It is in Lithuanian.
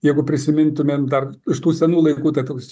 jeigu prisimintumėm dar iš tų senų laikų tai toks